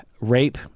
rape